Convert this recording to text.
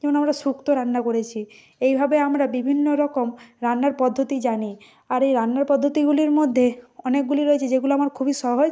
যেমন আমরা শুক্তো রান্না করেছি এইভাবে আমরা বিভিন্ন রকম রান্নার পদ্ধতি জানি আর এই রান্নার পদ্ধতিগুলির মধ্যে অনেকগুলি রয়েছে যেগুলো আবার খুবই সহজ